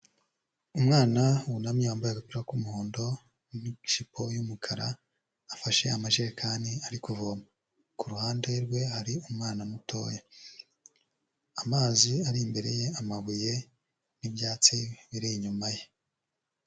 Umwana wunamye wambaye agapira k'umuhondo n'ijipo y'umukara, afashe amajerekani ari kuvoma, ku ruhande rwe hari umwana mutoya, amazi ari imbere ye, amabuye n'ibyatsi biri inyuma ye.